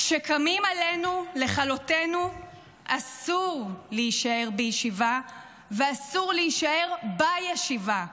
כשקמים עלינו לכלותינו אסור להישאר בִישיבה ואסור להישאר בַישיבה.